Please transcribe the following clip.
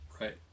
right